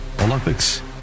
Olympics